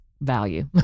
value